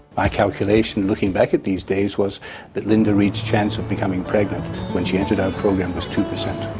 my calculation, looking back at these days, was that linda reed's chance of becoming pregnant when she entered our program was two percent.